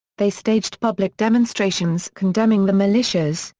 they staged public demonstrations condemning the militias,